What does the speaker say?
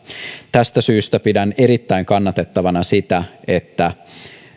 tästä syystä pidän erittäin kannatettavana sitä että tämä